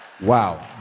Wow